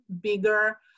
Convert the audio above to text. bigger